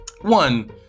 One